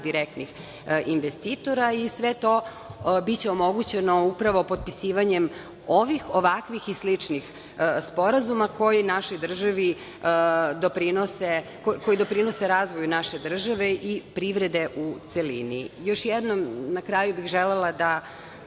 direktnih investitora i sve to biće omogućeno upravo potpisivanjem ovih, ovakvih i sličnih sporazuma koji doprinose razvoju naše države i privrede u celini. Još jednom na kraju bih želela da